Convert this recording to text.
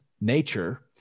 nature